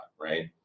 Right